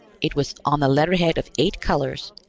it was on the letterhead of eight colors,